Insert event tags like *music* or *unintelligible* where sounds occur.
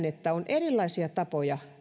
*unintelligible* että on erilaisia tapoja